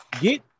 get